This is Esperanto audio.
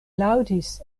laŭdis